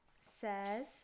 says